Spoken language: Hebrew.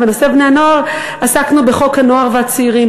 בנושא בני-הנוער עסקנו בחוק הנוער והצעירים,